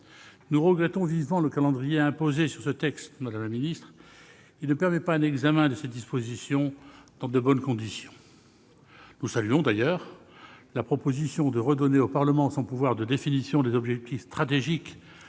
Nous regrettons vivement le calendrier imposé sur ce texte, madame la secrétaire d'État, qui ne permet pas l'examen de ses dispositions dans de bonnes conditions. Nous saluons, d'ailleurs, la proposition de redonner au Parlement son pouvoir de définition des objectifs stratégiques